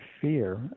fear